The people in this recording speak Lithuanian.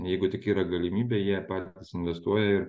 jeigu tik yra galimybė jie patys investuoja ir